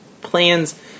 plans